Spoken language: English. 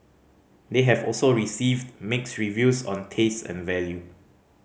they have also received mixed reviews on taste and value